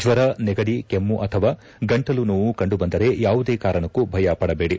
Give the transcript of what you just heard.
ಜ್ಞರ ನೆಗಡಿ ಕೆಮ್ನು ಅಥವಾ ಗಂಟಲು ನೋವು ಕಂಡುಬಂದರೆ ಯಾವುದೇ ಕಾರಣಕ್ಕೂ ಭಯಪಡಬೇಡಿ